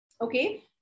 Okay